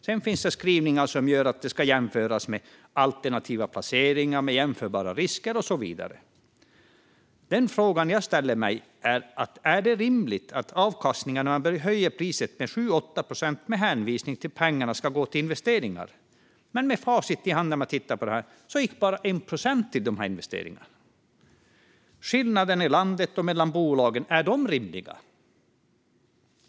Sedan finns det skrivningar som gör att det ska jämföras med alternativa placeringar med jämförbara risker och så vidare. Den fråga jag ställer mig är om det är rimliga avkastningar när man höjer priset med 7-8 procent med hänvisning till att pengarna ska gå till investeringar men när, med facit i hand, bara 1 procent gick till investeringar? Är skillnaderna i landet och mellan bolagen rimliga?